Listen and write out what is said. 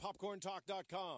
popcorntalk.com